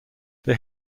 they